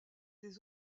des